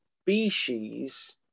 species